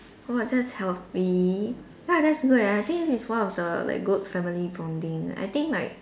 !wah! that's healthy ya that's good leh I think this is one of the like good family bonding I think like